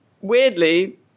weirdly